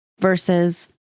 versus